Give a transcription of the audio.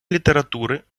літератури